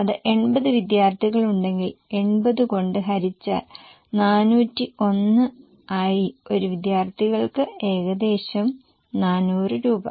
അത് 80 വിദ്യാർത്ഥികളുണ്ടെങ്കിൽ 80 കൊണ്ട് ഹരിച്ചാൽ 401 ആയി ഒരു വിദ്യാർത്ഥിക്ക് ഏകദേശം 400 രൂപ